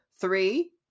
three